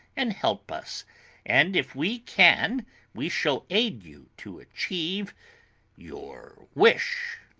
and help us and if we can we shall aid you to achieve your wish.